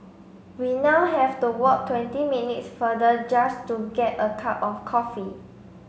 we now have to walk twenty minutes farther just to get a cup of coffee